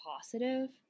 positive